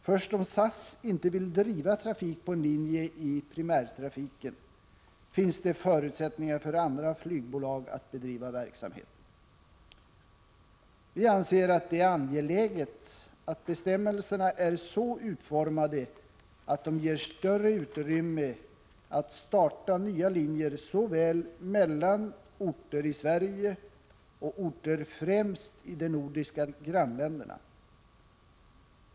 Först om SAS inte vill driva trafik på en linje i primärtrafiken finns det förutsättningar för andra flygbolag att bedriva verksamheten. Vi anser att det är angeläget att bestämmelserna är så utformade att de ger större utrymme för att starta nya linjer såväl mellan orter i Sverige som mellan dessa och orter främst i de nordiska grannländerna.